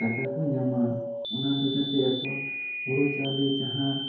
ᱴᱟᱠᱟ ᱠᱚ ᱧᱟᱢᱟ ᱚᱱᱟ ᱫᱚ ᱡᱟᱛᱮ ᱟᱠᱚᱣᱟᱜ ᱦᱳᱲᱳ ᱪᱟᱣᱞᱮ ᱡᱟᱦᱟᱸ